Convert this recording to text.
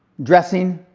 dressing,